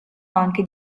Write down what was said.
anche